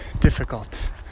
difficult